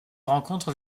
rencontre